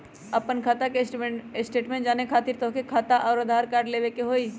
आपन खाता के स्टेटमेंट जाने खातिर तोहके खाता अऊर आधार कार्ड लबे के होइ?